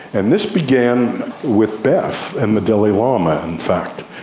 and this began with beth and the dalai lama in fact.